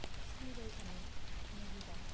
सोलिबाय थानो नागिरा